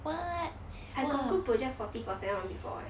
I got group project forty per cent [one] before eh